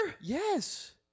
Yes